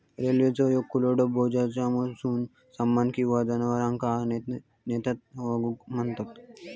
रेल्वेचो एक खुला डबा ज्येच्यामधसून सामान किंवा जनावरांका नेतत वॅगन म्हणतत